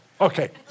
Okay